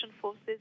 forces